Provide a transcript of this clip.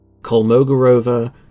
Kolmogorova